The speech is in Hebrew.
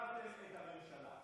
הפלתם את הממשלה,